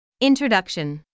Introduction